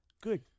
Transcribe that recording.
Good